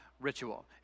ritual